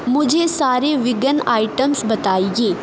مجھے سارے vegan items بتائیے